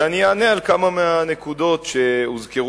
ואני אענה על כמה מהנקודות שהוזכרו